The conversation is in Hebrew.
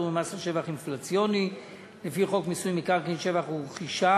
ממס על שבח אינפלציוני לפי חוק מיסוי מקרקעין (שבח ורכישה).